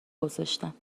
گذاشتم